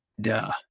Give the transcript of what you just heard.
duh